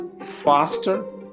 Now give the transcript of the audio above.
faster